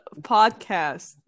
podcast